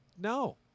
no